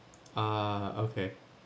ah okay